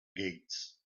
gates